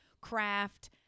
craft